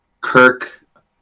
Kirk